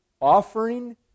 Offering